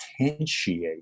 potentiate